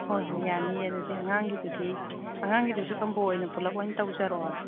ꯍꯣꯏ ꯍꯣꯏ ꯌꯥꯅꯤꯌꯦ ꯑꯗꯨꯗꯤ ꯑꯉꯥꯡꯒꯤꯗꯨꯗꯤ ꯑꯉꯥꯡꯒꯤꯗꯨꯁꯨ ꯀꯝꯕꯣ ꯑꯣꯏꯅ ꯄꯨꯂꯞ ꯑꯣꯏꯅ ꯇꯧꯖꯔꯛꯑꯣꯔ